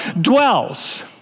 dwells